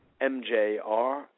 mjr